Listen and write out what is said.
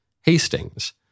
Hastings